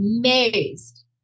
amazed